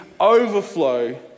overflow